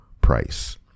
price